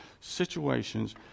situations